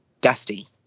Dusty